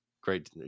great